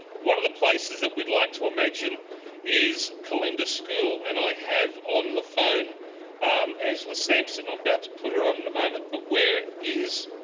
one of the places we would like to imagine is calinda school and i have on the phone angela sampson, i'm about to put her on in a moment. but where is